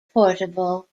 portable